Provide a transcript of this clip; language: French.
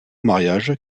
mariage